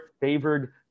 favored